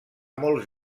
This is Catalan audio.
molts